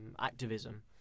activism